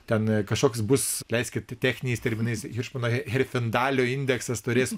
ten kažkoks bus leiskit techniniais terminais herfindalio indeksas turės